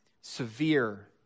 severe